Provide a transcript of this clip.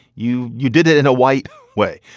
you you did it in a white way.